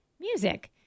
Music